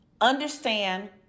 understand